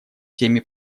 теме